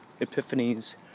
epiphanies